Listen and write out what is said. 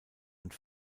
und